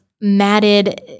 matted